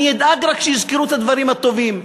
אני אדאג רק שיזכרו את הדברים הטובים.